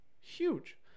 Huge